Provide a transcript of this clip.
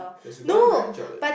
the Subaru hand challenge